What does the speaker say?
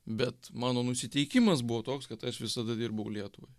bet mano nusiteikimas buvo toks kad aš visada dirbau lietuvai